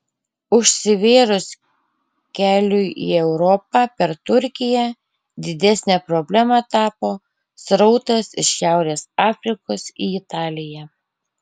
užsivėrus keliui į europą per turkiją didesne problema tapo srautas iš šiaurės afrikos į italiją